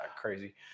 Crazy